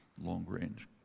long-range